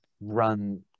run